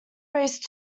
raised